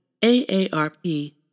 AARP